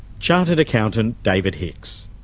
chartered accountant, david hicks.